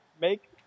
make